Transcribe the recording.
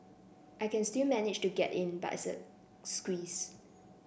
I can still manage to get in but it's a squeeze